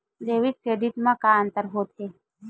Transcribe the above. Debit credit मा का अंतर होत हे?